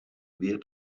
wird